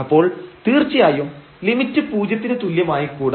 അപ്പോൾ തീർച്ചയായും ലിമിറ്റ് പൂജ്യത്തിന് തുല്യമായികൂടാ